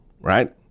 right